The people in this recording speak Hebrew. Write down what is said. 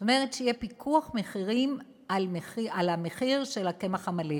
זאת אומרת, שיהיה פיקוח על מחיר הקמח המלא.